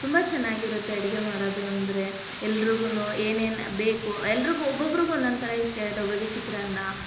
ತುಂಬ ಚೆನ್ನಾಗಿರುತ್ತೆ ಅಡುಗೆ ಮಾಡೋದು ಅಂದರೆ ಎಲ್ರಿಗೂನು ಏನೇನು ಬೇಕು ಎಲ್ಲರಿಗೂ ಒಬ್ಬೊಬ್ರಿಗೆ ಒಂದೊಂದು ಥರ ಇಷ್ಟ ಇರುತ್ತೆ ಒಬ್ಬರಿಗೆ ಚಿತ್ರಾನ್ನ